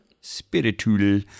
Spiritual